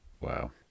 Wow